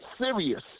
serious